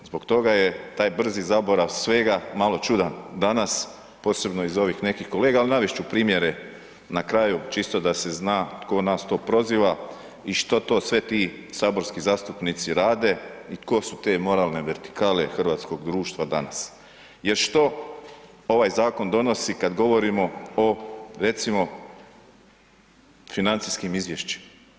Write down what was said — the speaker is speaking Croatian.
Zbog toga je taj brzi zaborav svega, malo čudan danas, posebno iz ovih nekih kolega, al' navest ću primjere na kraju čisto da se zna tko nas to proziva, i što to sve ti saborski zastupnici rade, i tko su te moralne vertikale hrvatskog društva danas, jer što ovaj Zakon donosi kad govorimo o, recimo, financijskim izvješćima?